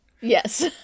Yes